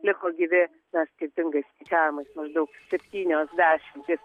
liko gyvi na skirtingais skaičiavimais maždaug septynios dešimtys